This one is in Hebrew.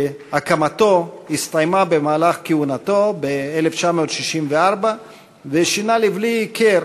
שהקמתו הסתיימה במהלך כהונתו ב-1964 ושינה לבלי הכר